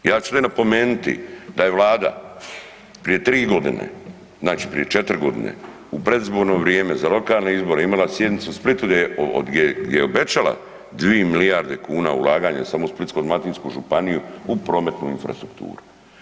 Ja ću ovde napomenuti da je Vlada prije 3 godine, znači prije 4 godine u predizborno vrijeme za lokalne izbore imala sjednicu u Splitu gdje je obećala 2 milijarde kuna ulaganja samo u Splitsko-dalmatinsku županiju u prometnu infrastrukturu.